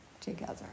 together